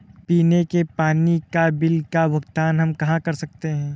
पीने के पानी का बिल का भुगतान हम कहाँ कर सकते हैं?